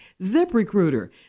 ZipRecruiter